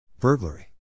burglary